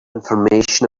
information